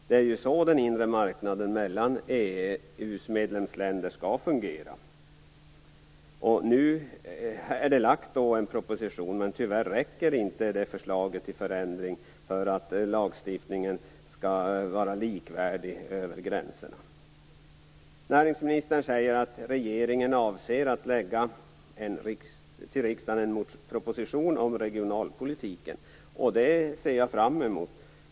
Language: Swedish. Det är så den inre marknaden mellan EU:s medlemsländer skall fungera. Nu har en proposition lagts fram. Men tyvärr räcker inte det förslaget till förändring för att lagstiftningen skall vara likvärdig över gränserna. Näringsministern säger att regeringen avser att lägga fram en proposition till riksdagen om regionalpolitiken. Det ser jag fram emot.